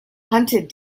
hunted